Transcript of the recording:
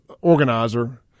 organizer